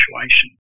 situation